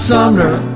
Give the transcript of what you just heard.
Sumner